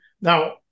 now